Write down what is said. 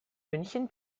münchen